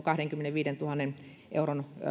kahdenkymmenenviidentuhannen euron